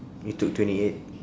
you took twenty eight